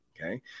okay